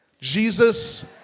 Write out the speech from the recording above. Jesus